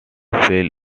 fell